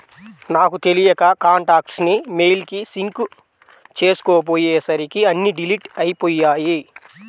నాకు తెలియక కాంటాక్ట్స్ ని మెయిల్ కి సింక్ చేసుకోపొయ్యేసరికి అన్నీ డిలీట్ అయ్యిపొయ్యాయి